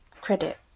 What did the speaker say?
credit